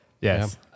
yes